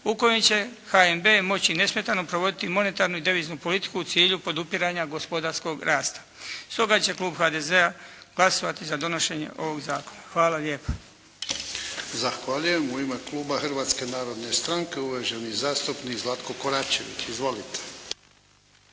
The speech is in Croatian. u kojem će HNB moći nesmetano provoditi monetarnu i deviznu politiku u cilju podupiranja gospodarskog rasta. Stoga će klub HDZ-a glasovati za donošenje ovog zakona. Hvala lijepo. **Jarnjak, Ivan (HDZ)** Zahvaljujem. U ime kluba Hrvatske narodne stranke, uvaženi zastupnik Zlatko Koračević. Izvolite.